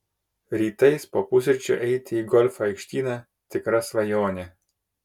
rytais po pusryčių eiti į golfo aikštyną tikra svajonė